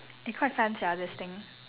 eh quite fun sia this thing